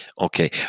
Okay